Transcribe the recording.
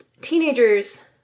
teenagers